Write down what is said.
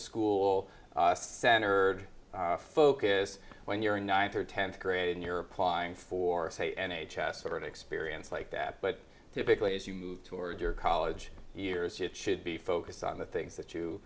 school center focus when you're ninety or tenth grade and you're applying for say n h s or an experience like that but typically as you move toward your college years you should be focused on the things that you